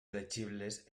elegibles